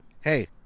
Hey